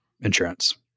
insurance